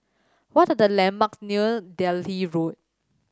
what are the landmarks near Delhi Road